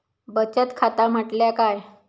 बचत खाता म्हटल्या काय?